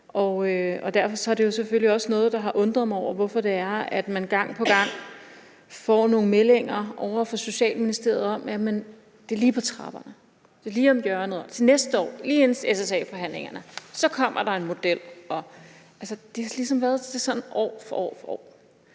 jeg har undret mig over. Jeg har undret mig over, hvorfor man gang på gang får nogle meldinger ovre fra Social- og Boligministeriet om, at det er lige på trapperne, lige om hjørnet, til næste år, lige inden SSA-forhandlingerne – dér kommer der er en model. Det har ligesom været sådan år for år.